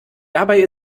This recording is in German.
dabei